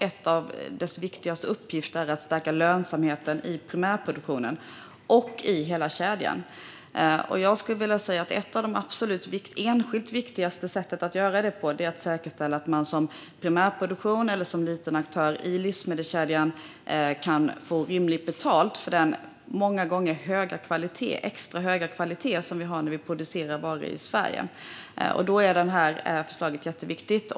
En av dess viktigaste uppgifter är att stärka lönsamheten i primärproduktionen och i hela kedjan. Det enskilt viktigaste sättet att göra det är att säkerställa att man i primärproduktion eller som liten aktör i livsmedelskedjan kan få rimligt betalt för den många gånger extra höga kvalitet som vi har på varor producerade i Sverige. Då är det här förslaget jätteviktigt.